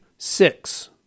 six